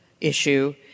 issue